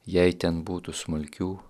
jei ten būtų smulkių